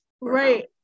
right